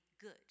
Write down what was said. good